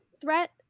threat